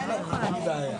ברוכים הבאים.